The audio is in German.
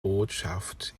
botschaft